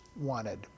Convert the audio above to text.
wanted